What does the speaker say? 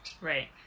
Right